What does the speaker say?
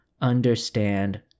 understand